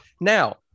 now